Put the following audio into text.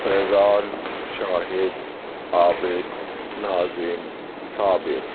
Faizan Shahid Abid Nazim Sabir